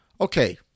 Okay